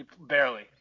barely